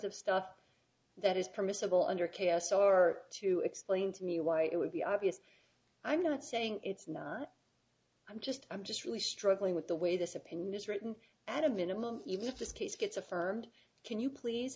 of stuff that is permissible under k s r to explain to me why it would be obvious i'm not saying it's not i'm just i'm just really struggling with the way this opinion is written at a minimum even if this case gets affirmed can you please